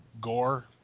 gore